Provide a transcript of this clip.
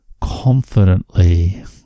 confidently